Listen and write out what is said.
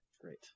Great